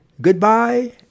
Goodbye